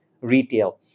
retail